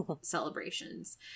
celebrations